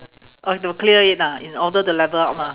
oh to clear it lah in order the level up mah